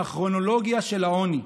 מהכרונולוגיה של העוני,